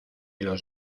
los